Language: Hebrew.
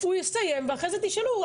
הוא יסיים ואחרי זה תשאלו.